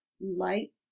light